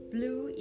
Blue